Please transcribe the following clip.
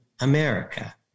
America